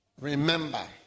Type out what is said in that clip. remember